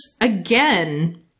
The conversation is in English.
again